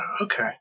okay